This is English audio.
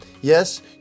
Yes